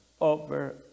over